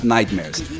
Nightmares